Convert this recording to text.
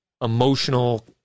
emotional